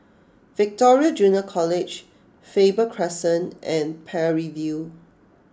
Victoria Junior College Faber Crescent and Parry View